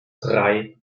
drei